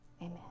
amen